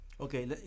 Okay